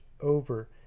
over